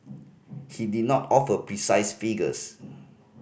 he did not offer precise figures